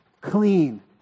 Clean